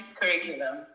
curriculum